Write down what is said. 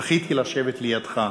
זכיתי לשבת לידך,